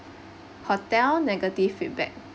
hotel negative feedback